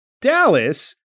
Dallas